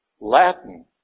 Latin